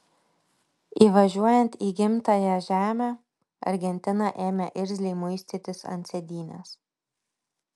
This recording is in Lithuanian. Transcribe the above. įvažiuojant į gimtąją žemę argentina ėmė irzliai muistytis ant sėdynės